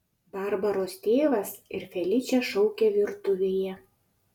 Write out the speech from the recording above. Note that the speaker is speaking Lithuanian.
barbaros tėvas ir feličė šaukė virtuvėje